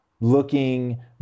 looking